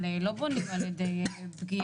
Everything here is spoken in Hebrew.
לא בונים אותם על ידי פגיעה